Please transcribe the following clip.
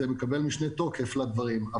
זה מקבל משנה תוקף לדברים.